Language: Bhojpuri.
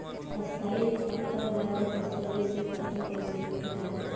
स्थायी पता वाला दस्तावेज़ से खाता कैसे खुली?